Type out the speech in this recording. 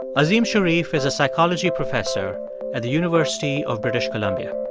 azim shariff is a psychology professor at the university of british columbia